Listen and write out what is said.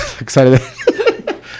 excited